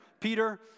Peter